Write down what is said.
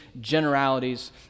generalities